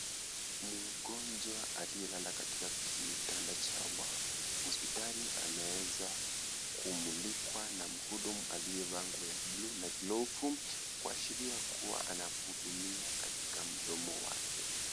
Mgonjwa aliyelala katika kitanda cha hospitali ameezakumlikwa na muhudumu aliyevaa nguo ya bluu na glavu kuashiria kuwa anamuhudumia katika mdomo wake.